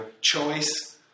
choice